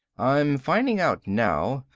i'm finding out now.